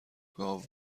گاو